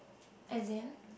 as in